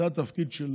זה התפקיד של